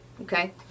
okay